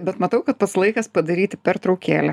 bet matau kad pats laikas padaryti pertraukėlę